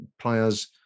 players